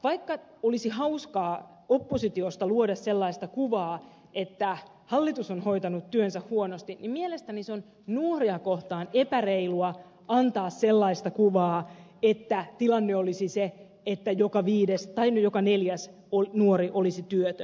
vaikka olisi hauskaa oppositiosta luoda sellaista kuvaa että hallitus on hoitanut työnsä huonosti niin mielestäni on nuoria kohtaan epäreilua antaa sellaista kuvaa että tilanne olisi se että joka viides tai joka neljäs nuori olisi työtön